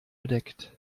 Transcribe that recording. bedeckt